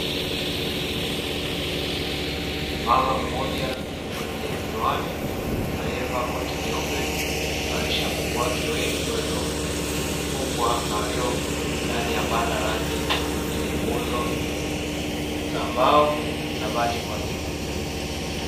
Mama mmoja mwenye miwani aliyevaa koti jeupe, akiwalisha kuku wake wengi waliofugwa na walio ndani ya banda lake, lenye nguzo za mbao na bati kwa juu.